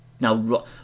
Now